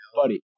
buddy